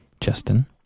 Justin